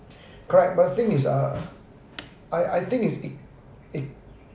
correct but the things uh I I think if it it